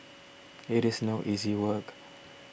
it is no easy work